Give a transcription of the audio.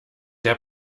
der